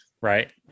right